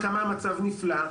כמה המצב נפלא,